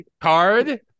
Card